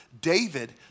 David